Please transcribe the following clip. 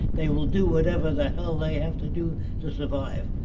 they will do whatever the hell they have to do to survive.